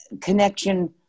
connection